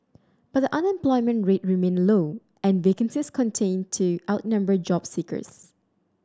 but the unemployment rate remained low and vacancies contain to outnumber job seekers